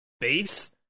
base